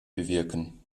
bewirken